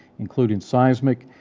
including seismic.